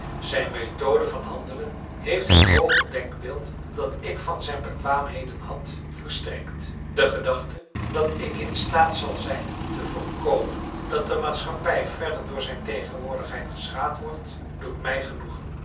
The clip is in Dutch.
zijn methode van handelen heeft het hooge denkbeeld dat ik van zijn bekwaamheden had versterkt de gedachte dat ik in staat zal zijn te voorkomen dat de maatschappij verder door zijn tegenwoordigheid geschaad wordt doet mij genoegen